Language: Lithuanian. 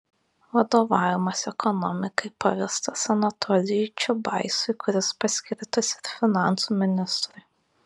vadovavimas ekonomikai pavestas anatolijui čiubaisui kuris paskirtas ir finansų ministrui